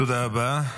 תודה רבה.